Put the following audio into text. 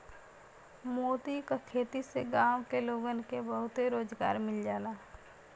मोती क खेती से गांव के लोगन के बहुते रोजगार मिल जाला